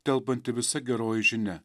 telpanti visa geroji žinia